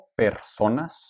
personas